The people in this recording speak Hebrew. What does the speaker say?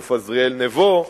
תת-אלוף עזריאל נבו,